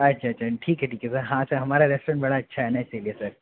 अच्छा अच्छा ठीक है ठीक है हाँ सर हमारा रेस्टोरेंट बड़ा अच्छा है ना इसीलिए सर